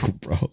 bro